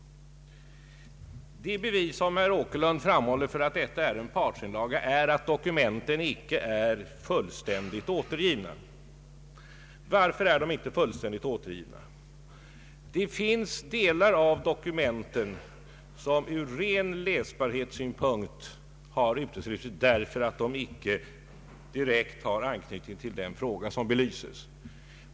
Det bevis som herr Åkerlund framlägger för att vitboken är en partsinlaga är att dokumenten icke är fullständigt återgivna. Varför är de inte det? Det finns delar av dokumenten som ur ren läsbarhetssynpunkt har uteslutits därför att de icke direkt har anknytning till den fråga som skall belysas.